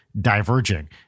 diverging